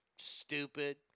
stupid